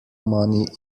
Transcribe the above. money